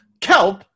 Kelp